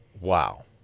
Wow